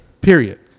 period